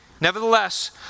Nevertheless